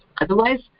Otherwise